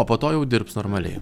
o po to jau dirbs normaliai